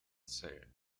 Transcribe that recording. zell